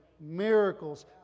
miracles